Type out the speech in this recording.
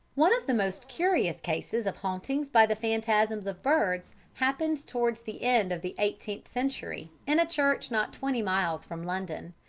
one of the most curious cases of hauntings by the phantasms of birds happened towards the end of the eighteenth century in a church not twenty miles from london.